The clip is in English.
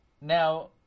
Now